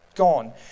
Gone